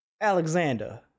Alexander